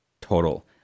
total